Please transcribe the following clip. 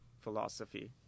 philosophy